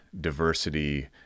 diversity